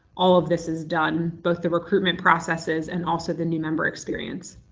all of this is done both the recruitment processes and also the new member experience.